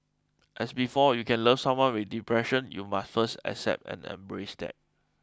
and before you can love someone with depression you must first accept and embrace that